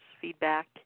feedback